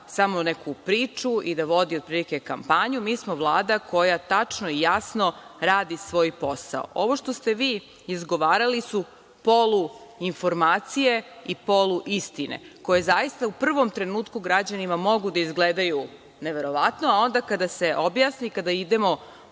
samo neku priču i da vodi kampanju, mi smo vlada koja tačno i jasno radi svoj posao. Ovo što ste vi izgovarali su poluinformacije i poluistine koje zaista u prvom trenutku građanima mogu da izgledaju neverovatno, a onda kada se objasni i kada idemo